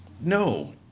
No